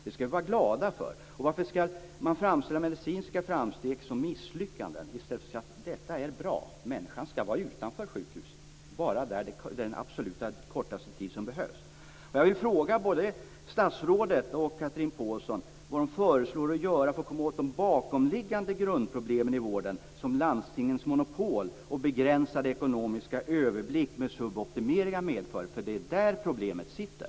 Det skall vi vara glada för. Och varför skall man framställa medicinska framsteg som misslyckanden i stället för att säga att detta är bra - människan skall vara utanför sjukhusen och där bara kortaste möjliga tid. Jag vill fråga både statsrådet och Chatrine Pålsson vad de föreslår att man skall göra för att komma åt de bakomliggande grundproblemen i vården, de problem som landstingens monopol och begränsade ekonomiska överblick med suboptimeringar medför. Det är där problemet ligger.